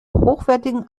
hochwertigen